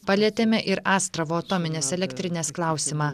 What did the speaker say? palietėme ir astravo atominės elektrinės klausimą